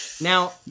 Now